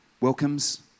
welcomes